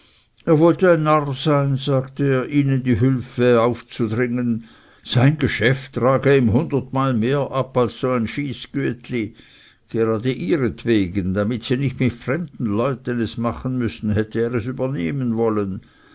er wollte ein narr sein sagte er ihnen seine hülfe aufzudringen sein geschäft trage ihm hundertmal mehr ab als so ein schyßgüetli gerade ihretwegen damit sie nicht mir fremden leuten es machen müßten hätte er es übernehmen wollen